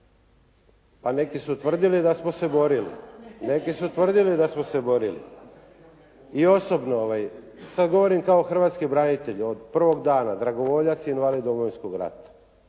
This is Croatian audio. Neki su tvrdili da smo se borili. I osobno sada govorim kao hrvatski branitelj od prvog dana dragovoljac i invalid Domovinskog rata.